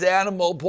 animal